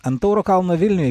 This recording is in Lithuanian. ant tauro kalno vilniuj